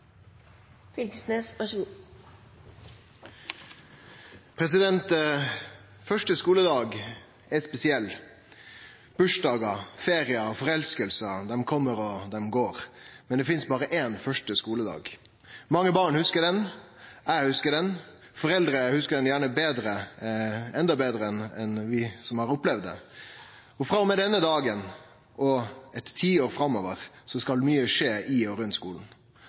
spesiell. Bursdagar, feriar og forelskingar kjem og går, men det finst berre éin første skuledag. Mange barn hugsar den, eg hugsar den, foreldre hugsar den gjerne endå betre enn vi som har opplevd den. Frå og med denne dagen og eit tiår framover skal mykje skje i og rundt